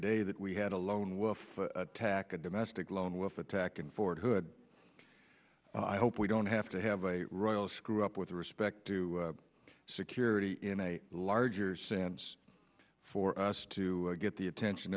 day that we had a lone wolf tack a domestic lone wolf attack in fort hood i hope we don't have to have a royal screw up with respect to security in a larger sense for us to get the attention